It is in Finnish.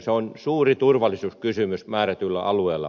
se on suuri turvallisuuskysymys määrätyillä alueilla